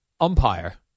umpire